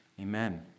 Amen